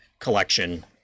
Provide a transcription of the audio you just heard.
Collection